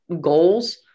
goals